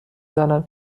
دانم